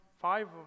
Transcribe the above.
five